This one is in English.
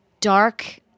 dark